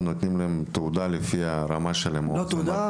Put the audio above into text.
ונותנים להם תעודה לפי הרמה שלהם: תעודה,